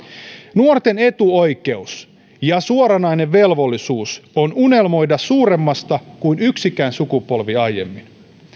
nuorten etuoikeus ja suoranainen velvollisuus on unelmoida suuremmasta kuin yksikään sukupolvi aiemmin